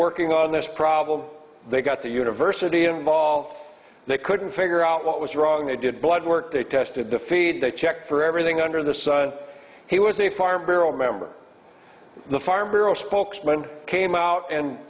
working on this problem they got the university involved they couldn't figure out what was wrong they did blood work they tested the feed they checked for everything under the sun he was a far barrel member the farm bureau spokesman came out and